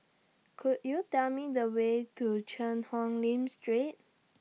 Could YOU Tell Me The Way to Cheang Hong Lim Street